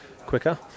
quicker